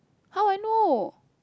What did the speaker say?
how I know